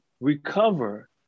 recover